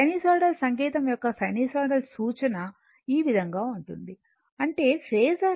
sinusoidal సంకేతం యొక్క sinusoidal సూచన ఈ విధంగా ఉంటుంది అంటే ఫేసర్